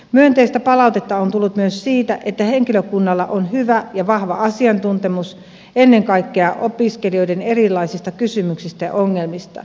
myönteistä palautetta on tullut myös siitä että henkilökunnalla on hyvä ja vahva asiantuntemus ennen kaikkea opiskelijoiden erilaisista kysymyksistä ja ongelmista